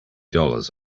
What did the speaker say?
dollars